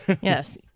Yes